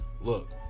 look